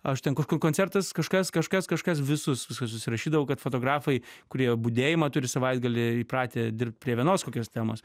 aš ten kažkur koncertas kažkas kažkas kažkas visus susirašydavau kad fotografai kurie budėjimą turi savaitgalį įpratę dirbt prie vienos kokios temos